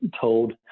told